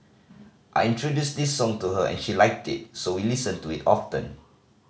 I introduced this song to her and she liked it so we listen to it often